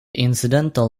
incidental